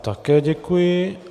Také děkuji.